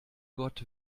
gott